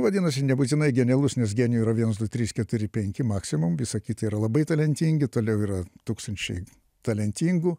vadinasi nebūtinai genialus nes genijų yra vienas du trys keturi penki maksimum visa kita yra labai talentingi toliau yra tūkstančiai talentingų